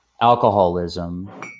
alcoholism